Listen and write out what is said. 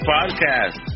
Podcast